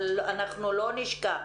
אבל אנחנו לא נשכח